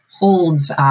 holds